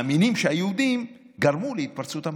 לא תאמינו, מאמינים שהיהודים גרמו להתפרצות המחלה.